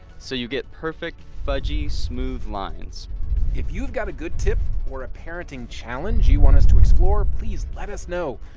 so you get perfect, fudgey, smooth lines if you've got a good tip or a parenting challenge you want us to explore, please let us know.